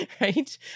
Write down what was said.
right